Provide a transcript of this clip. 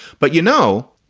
but, you know,